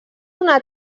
una